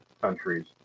countries